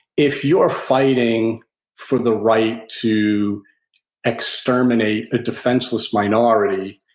if you're fighting for the right to exterminate a defenseless minority,